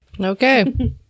Okay